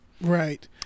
right